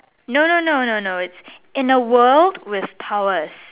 no no no no no it's in a world with powers